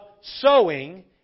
sowing